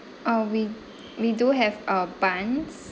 ah we we do have uh buns